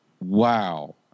wow